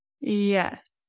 Yes